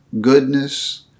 goodness